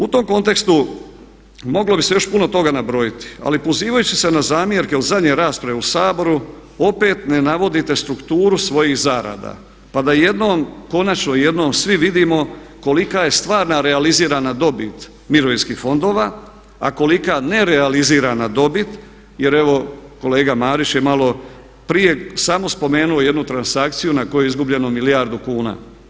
U tom kontekstu moglo bi se još puno toga nabrojiti ali pozivajući se na zamjerke u zadnjoj raspravi u Saboru opet ne navodite strukturu svojih zarada pa da jednom, konačno jednom svi vidimo kolika je stvarna realizirana dobit mirovinskih fondova a kolika nerealizirana dobit jer evo kolega Marić je malo prije samo spomenuo jednu transakciju na koju je izgubljeno milijardu kuna.